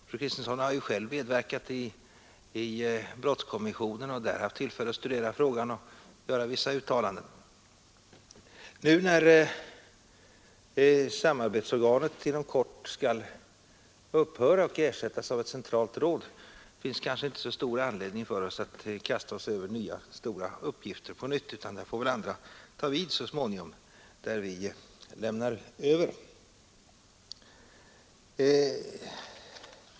Fru Kristensson har ju själv medverkat i brottskommissionen och där haft tillfälle att studera frågan och göra vissa uttalanden. Nu när samarbetsorganet inom kort skall upphöra och ersättas av ett centralt råd, finns kanske inte så stor anledning för oss att åter kasta oss över nya stora uppgifter, utan där får väl andra ta vid så småningom.